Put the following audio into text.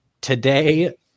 today